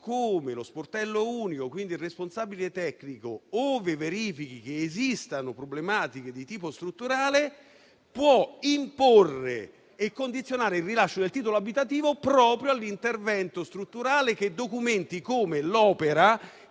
- lo sportello unico, quindi il responsabile tecnico, ove verifichi che esistano problematiche di tipo strutturale, possa imporre e condizionare il rilascio del titolo abitativo all'intervento strutturale che documenti come l'opera